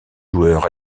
joueurs